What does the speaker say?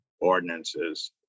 ordinances